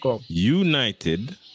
United